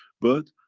but,